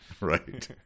right